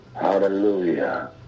Hallelujah